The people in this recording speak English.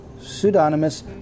pseudonymous